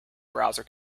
browser